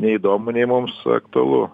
nei įdomu nei mums aktualu